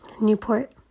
Newport